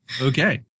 Okay